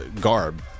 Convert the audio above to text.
garb